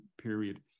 period